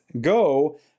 go